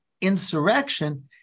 insurrection